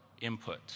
input